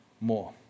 more